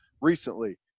recently